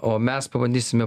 o mes pabandysime